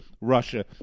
Russia